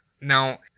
Now